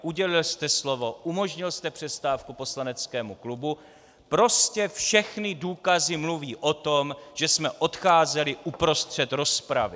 Udělil jste slovo, umožnil jste přestávku poslaneckému klubu, prostě všechny důkazy mluví o tom, že jsme odcházeli uprostřed rozpravy.